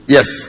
Yes